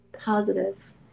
Positive